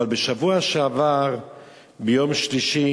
אבל בשבוע שעבר ביום שלישי